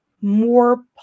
more